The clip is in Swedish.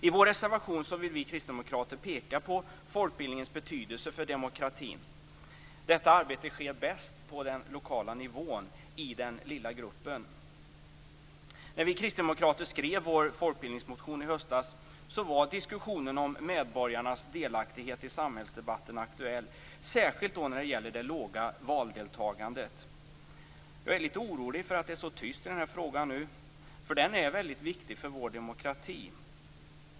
I vår reservation vill vi kristdemokrater peka på folkbildningens betydelse för demokratin. Detta arbete sker bäst på den lokala nivån, i den lilla gruppen. När vi kristdemokrater skrev vår folkbildningsmotion i höstas var diskussionen om medborgarnas delaktighet i samhällsdebatten aktuell, särskilt när det gäller det låga valdeltagandet. Jag är lite orolig för att det nu är så tyst i den här frågan. Den är mycket viktig för vår demokrati.